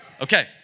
Okay